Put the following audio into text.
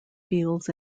fields